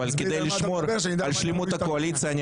אבל כדי לשמור על שלמות הקואליציה אני